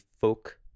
folk